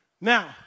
Now